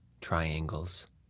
triangles